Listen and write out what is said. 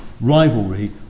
rivalry